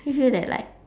they feel that like